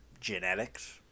genetics